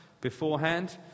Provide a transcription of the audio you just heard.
beforehand